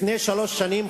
לפני שלוש שנים,